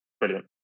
Brilliant